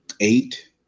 eight